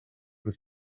with